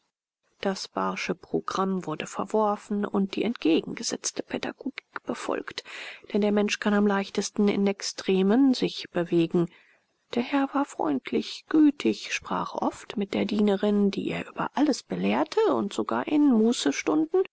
das barsche programm wurde verworfen und die entgegengesetzte pädagogik befolgt denn der mensch kann am leichtesten in extremen sich bewegen der herr war freundlich gütig sprach oft mit der dienerin die er über alles belehrte und sogar in mußestunden